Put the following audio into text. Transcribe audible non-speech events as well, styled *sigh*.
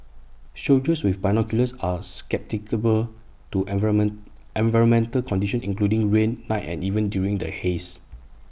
soldiers with binoculars are *unintelligible* to environment environmental conditions including rain night and even during the haze